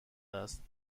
است